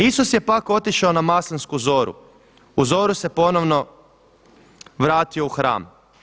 Isus je pak otišao na Maslinsku zoru, u zoru se ponovno vratio u hram.